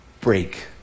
break